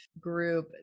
group